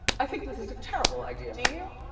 i think this is a terrible idea. do you?